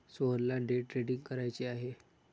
सोहनला day trading करायचे आहे